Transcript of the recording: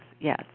yes